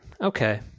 okay